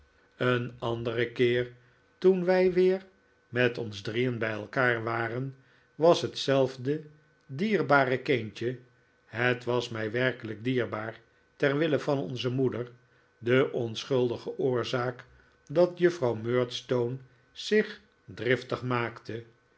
een anderen keer toen wij weer met ons drieen bij elkaar waren was hetzelfde dierbare kindje het was mij werkelijk dierbaar ter wille van onze moeder de onschuldige oorzaak dat juffrouw murdstone zich driftig maakte